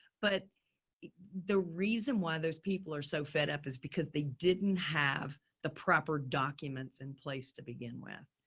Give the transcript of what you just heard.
but the reason why those people are so fed up is because they didn't have the proper documents in place to begin with.